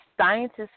scientists